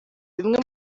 bimwe